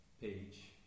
page